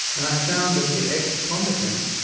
and i found that the ex combatants,